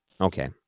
Okay